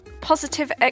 positive